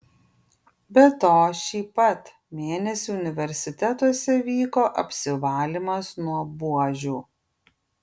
be to šį pat mėnesį universitetuose vyko apsivalymas nuo buožių